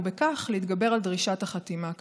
ובכך להתגבר על דרישת החתימה כאמור,